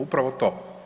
Upravo to.